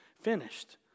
finished